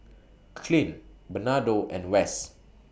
Clint Bernardo and Wess